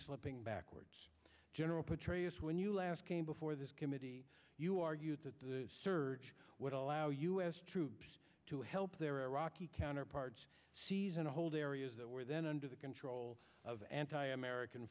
slipping backwards general petraeus when you last came before this committee you argued that the surge would allow u s troops to help their iraqi counterparts seize and hold areas that were then under the control of anti american